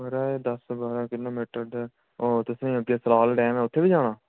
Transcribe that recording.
माराज दस्स बारां किलोमीटर दा और तुसें अग्गै सलाल डैम ऐ उत्थै बी जाना